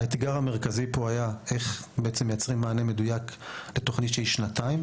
האתגר המרכזי פה היה איך לייצר מענה מדויק לתוכנית של שנתיים,